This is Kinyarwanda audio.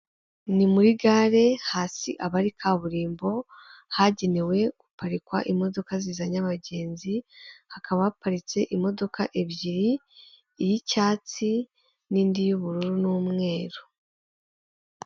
Imashini ibara amafaranga, igikoresho cy'ikoranabuhanga gishinzwe kubara amafaranga gikoreshwa muri banki zose yaba izigenga n'iza reta aho gifasha abakozi ba banki kubara amafaranga vuba kandi neza.